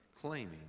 claiming